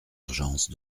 urgence